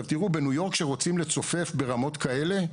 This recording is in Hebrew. תראו, בניו יורק, כשרוצים לצופף ברמות כאלה,